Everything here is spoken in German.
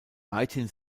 weithin